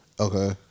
Okay